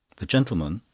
the gentleman,